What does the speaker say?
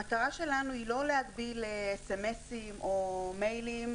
המטרה שלנו היא לא להגביל מסרונים או מיילים,